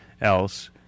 else